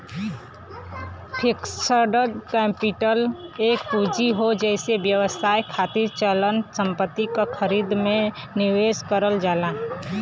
fixed capital एक पूंजी हौ जेसे व्यवसाय खातिर अचल संपत्ति क खरीद में निवेश करल जाला